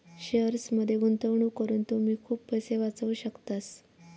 शेअर्समध्ये गुंतवणूक करून तुम्ही खूप पैसे वाचवू शकतास